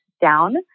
down